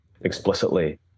explicitly